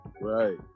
Right